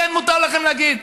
כן, מותר לכם להגיד.